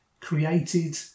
created